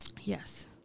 Yes